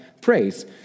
praise